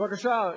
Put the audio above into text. בבקשה.